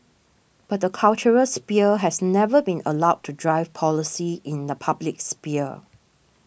but the cultural sphere has never been allowed to drive policy in the public sphere